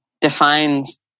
defines